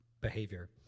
behavior